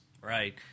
right